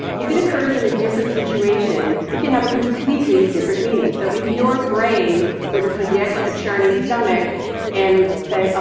if it occurs in a different situation, it can have a completely different meaning. so if your brain were to predict a churning stomach in, say, ah